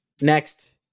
next